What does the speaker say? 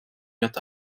wird